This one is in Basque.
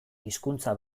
hizkuntza